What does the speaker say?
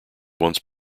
once